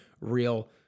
real